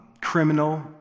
criminal